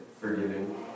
forgiving